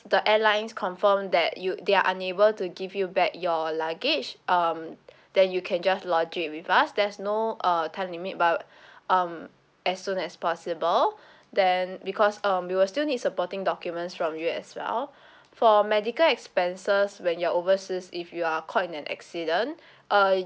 the airlines confirm that you'd they are unable to give you back your luggage um then you can just lodge it with us there's no uh time limit but um as soon as possible then because um we will still need supporting documents from you as well for medical expenses when you're overseas if you are caught in an accident uh